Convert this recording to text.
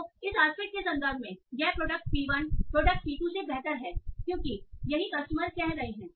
तो इस आस्पेक्ट के संदर्भ में यह प्रोडक्ट पी1 प्रोडक्ट पी2 से बेहतर है क्योंकि यही कस्टमर कह रहे हैं